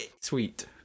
sweet